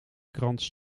krant